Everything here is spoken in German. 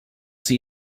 sie